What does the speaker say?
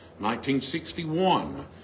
1961